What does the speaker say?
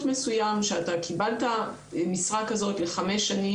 מסויים שאתה קיבלת משרה כזאת לחמש שנים,